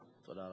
תודה.